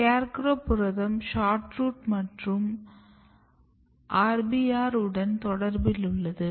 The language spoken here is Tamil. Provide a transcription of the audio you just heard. SCARECROW புரதம் SHORT ROOT மற்றும் RBR உடனும் தொடர்பில் உளது